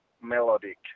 melodic